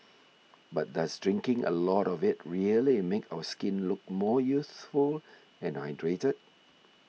but does drinking a lot of it really make our skin look more youthful and hydrated